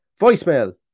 voicemail